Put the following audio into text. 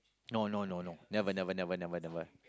no no no no never never never never never